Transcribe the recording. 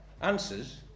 Answers